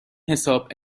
حساب